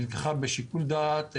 היא נלקחה בשיקול דעת.